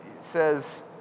says